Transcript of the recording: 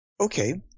Okay